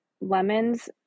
lemons